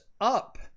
up